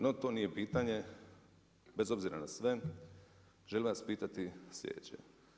No to nije pitanje, bez obzira na sve, želim vas pitati slijedeće.